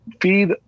feed